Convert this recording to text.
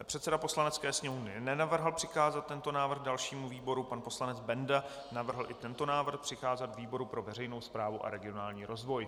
Předseda Poslanecké sněmovny nenavrhl přikázat tento návrh dalšímu výboru, pan poslanec Benda navrhl i tento návrh přikázat výboru pro veřejnou správu a regionální rozvoj.